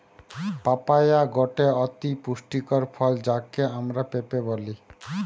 papaya গটে অতি পুষ্টিকর ফল যাকে আমরা পেঁপে বলি